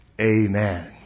amen